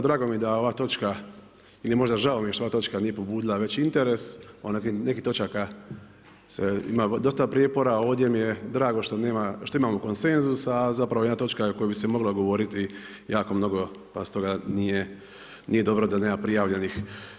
Drago mi je da ova točka ili možda žao mi je što ova točka nije pobudila veći interes, kod nekih točaka se ima dosta prijepora, ovdje mi je drago što imamo konsenzus a za pravo jedna točka koja bi se mogla govoriti, jako mnogo pa stoga nije dobro da nema prijavljenih.